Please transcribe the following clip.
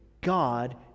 God